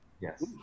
Yes